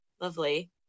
lovely